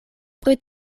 pri